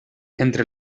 entre